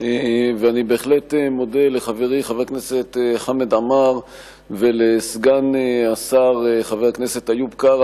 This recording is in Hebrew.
ואני בהחלט מודה לחברי חבר הכנסת חמד עמאר ולסגן השר חבר הכנסת איוב קרא